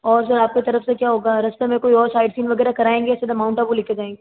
और जो आप के तरफ से क्या होगा रास्ते में कोई और साइटिंग वगैरह कराऐंगे या सीधा माउंट आबू ले के जाएंगे